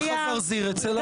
הלך הזרזיר אצל העורב.